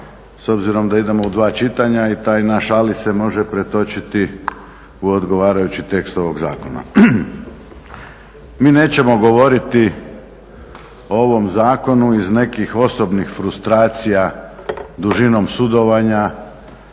s obzirom da idemo u dva čitanja i taj naš ali se može pretočiti u odgovarajući tekst ovog zakona. Mi nećemo govoriti o ovom zakonu iz nekih osobnih frustracija, dužinom sudovanja,